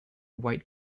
white